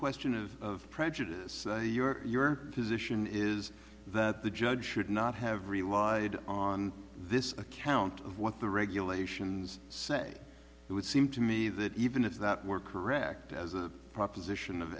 question of prejudice your position is that the judge should not have relied on this account of what the regulations say it would seem to me that even if that were correct as a proposition of